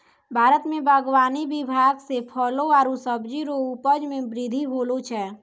भारत मे बागवानी विभाग से फलो आरु सब्जी रो उपज मे बृद्धि होलो छै